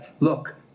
Look